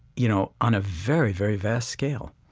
you know, on a very, very vast scale.